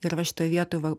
ir va šitoj vietoj va